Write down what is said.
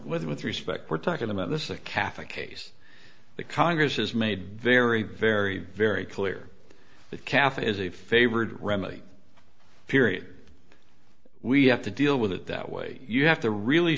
answer with respect we're talking about this a catholic case the congress has made very very very clear that calf is a favored remedy period we have to deal with it that way you have to really